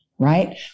Right